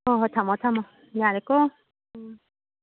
ꯍꯣꯏ ꯍꯣꯏ ꯊꯝꯃꯣ ꯊꯝꯃꯣ ꯌꯥꯔꯦꯀꯣ ꯎꯝ